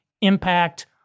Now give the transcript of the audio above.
impact